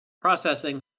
Processing